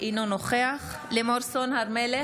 אינו נוכח לימור סון הר מלך,